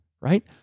right